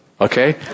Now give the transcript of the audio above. okay